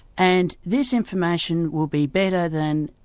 and this information will be better than,